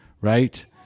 right